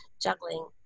juggling